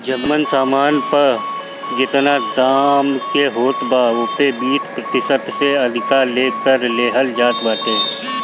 जवन सामान पअ जेतना दाम के होत बा ओपे बीस प्रतिशत से अधिका ले कर लेहल जात बाटे